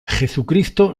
jesucristo